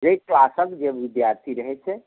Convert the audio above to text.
जाहि क्लासक जे विद्यार्थी रहैत छै